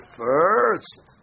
first